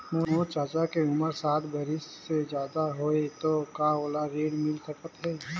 मोर चाचा के उमर साठ बरिस से ज्यादा हवे तो का ओला ऋण मिल सकत हे?